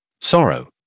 Sorrow